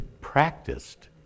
practiced